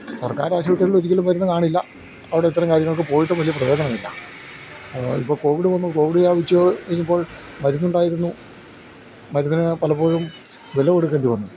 സർക്കാർ ആശുപത്രികളിൽ ഒരിക്കലും മരുന്ന് കാണില്ല അവിടെ ഇത്തരം കാര്യങ്ങൾക്ക് പോയിട്ട് വലിയ പ്രയോജനമില്ല ഇപ്പോൾ കോവിഡ് വന്നു കോവിഡ് വ്യാപിച്ചു ഇനി ഇപ്പോൾ മരുന്നുണ്ടായിരുന്നു മരുന്നിന് പലപ്പോഴും വില കൊടുക്കേണ്ടി വന്നു